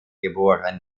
geboren